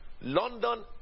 London